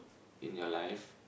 in your life